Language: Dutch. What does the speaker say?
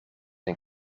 een